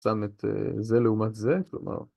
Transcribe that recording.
‫שם את זה לעומת זה, כלומר...